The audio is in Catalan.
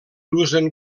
usen